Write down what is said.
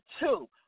two